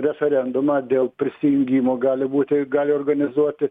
referendumą dėl prisijungimo gali būti gali organizuoti